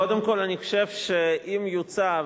קודם כול אני חושב שאם יוצע,